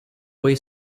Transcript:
ହୋଇ